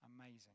Amazing